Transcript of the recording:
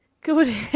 good